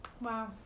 Wow